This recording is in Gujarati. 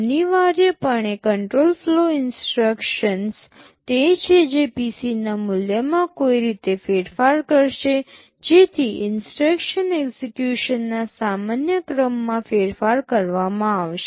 અનિવાર્યપણે કંટ્રોલ ફ્લો ઇન્સટ્રક્શન્સ તે છે જે PC ના મૂલ્યમાં કોઈ રીતે ફેરફાર કરશે જેથી ઇન્સટ્રક્શન એક્સેકયુશનના સામાન્ય ક્રમમાં ફેરફાર કરવામાં આવશે